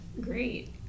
great